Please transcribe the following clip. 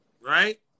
right